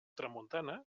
tramuntana